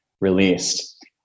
released